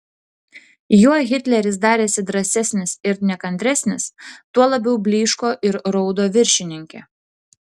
juo hitleris darėsi drąsesnis ir nekantresnis tuo labiau blyško ir raudo viršininkė